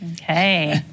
Okay